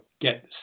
get